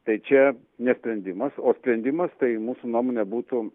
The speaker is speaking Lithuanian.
tai čia ne sprendimas o sprendimas tai mūsų nuomone būtų